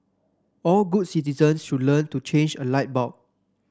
all good citizens should learn to change a light bulb